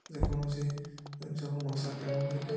ଯେକୌଣସି ଯେମିତି ହେଉ ମଶା କାମୁଡ଼ି ଦେଲେ